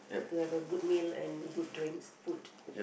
to have a good meal and good drinks food